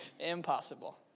Impossible